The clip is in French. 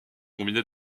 combiner